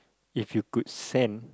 if you could send